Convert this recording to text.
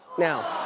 now.